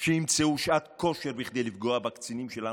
כדי למצוא שעת כושר כדי לפגוע בקצינים שלנו,